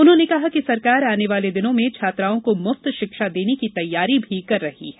उन्होंने कहा कि सरकार आने वाले दिनों में छात्राओं को मुफ़त शिक्षा देने की तैयारी भी कर रही है